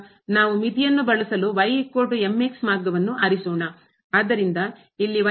ನಾವು ಮಿತಿಯನ್ನು ಬಳಸಲು ಮಾರ್ಗವನ್ನು ಆರಿಸೋಣ ಆದ್ದರಿಂದ ಇಲ್ಲಿ ಆಗುತ್ತದೆ